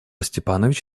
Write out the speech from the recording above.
степанович